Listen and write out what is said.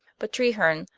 but treherne,